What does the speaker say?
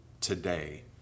today